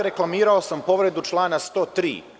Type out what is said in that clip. Dakle, reklamirao sam povredu člana 103.